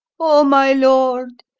oh, my lord,